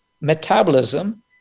metabolism